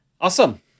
awesome